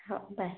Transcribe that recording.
हो बाय